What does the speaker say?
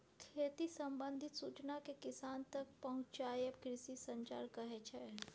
खेती संबंधित सुचना केँ किसान तक पहुँचाएब कृषि संचार कहै छै